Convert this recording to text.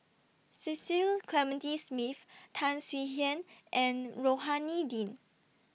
Cecil Clementi Smith Tan Swie Hian and Rohani Din